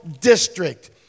District